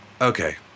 Okay